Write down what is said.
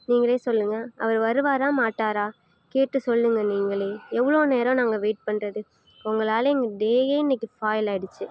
நீங்களே சொல்லுங்க அவர் வருவாரா மாட்டாரா கேட்டு சொல்லுங்க நீங்களே எவ்வளோ நேரம் நாங்கள் வெயிட் பண்ணுறது உங்களால எங்கள் டேயே இன்றைக்கு ஸ்பாயில் ஆயிடுச்சு